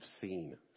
seen